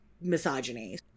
misogyny